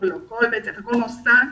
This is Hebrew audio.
כל מוסד,